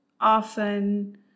often